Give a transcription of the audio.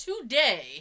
today